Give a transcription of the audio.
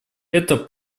это